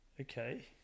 Okay